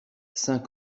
saint